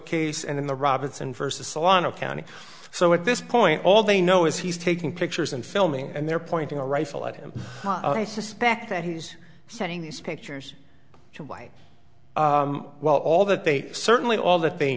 case and in the robinson versus a lot of county so at this point all they know is he's taking pictures and filming and they're pointing a rifle at him i suspect that he's sending these pictures so why well all that they certainly all that they